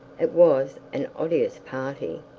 it was an odious party